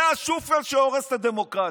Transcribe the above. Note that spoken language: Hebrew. זה השופל שהורס את הדמוקרטיה.